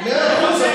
מאה אחוז,